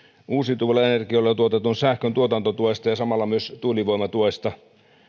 uusiutuvilla energioilla tuotetun sähkön tuotantotuesta ja samalla tuulivoimatuesta